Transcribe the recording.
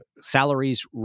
salaries